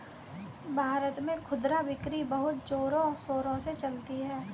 भारत में खुदरा बिक्री बहुत जोरों शोरों से चलती है